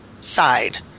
side